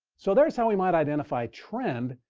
so there is how we might identify a trend.